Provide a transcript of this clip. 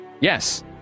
Yes